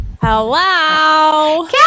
Hello